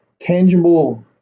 tangible